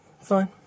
fine